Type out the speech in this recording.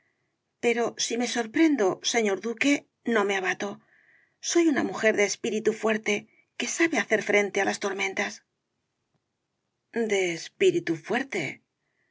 pero si me sorprendo señor duque no me abato soy una mujer de espíritu fuerte que sabe hacer frente á las tormentas de espíritu fuerte